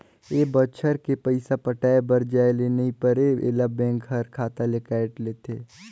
ए बच्छर के पइसा पटाये बर जाये ले नई परे ऐला बेंक हर खाता ले कायट लेथे